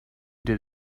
did